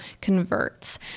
converts